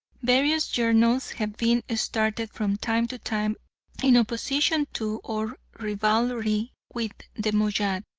various journals have been started from time to time in opposition to or rivalry with the moayyad,